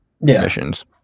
missions